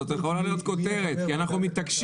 זו יכולה להיות כותרת כי אנחנו מתעקשים